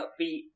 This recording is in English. upbeat